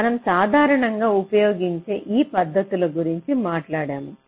మనం సాధారణంగా ఉపయోగించే ఈ పద్ధతుల గురించి మాట్లాడాము